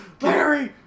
Larry